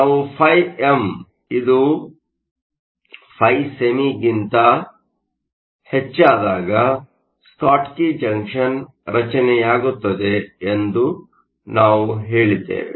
ನಾವು phi M ಇದು phi ಸೆಮಿಗಿಂತ ಹೆಚ್ಚಾದಾಗ ಸ್ಕಾಟ್ಕಿ ಜಂಕ್ಷನ್ ರಚನೆಯಾಗುತ್ತದೆ ಎಂದು ನಾವು ಹೇಳಿದ್ದೇವೆ